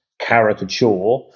caricature